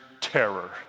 terror